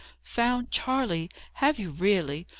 found charley! have you really?